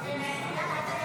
נתקבלה.